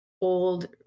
old